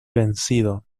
vencido